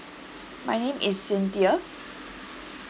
my name is cynthia